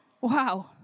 Wow